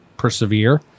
persevere